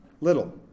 little